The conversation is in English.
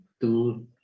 two